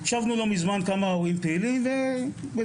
לא מזמן ישבנו כמה הורים פעילים ודיברנו,